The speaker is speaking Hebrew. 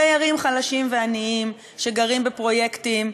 דיירים חלשים ועניים שגרים בפרויקטים,